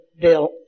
Bill